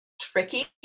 tricky